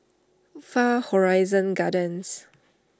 Far Horizon Gardens